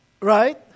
Right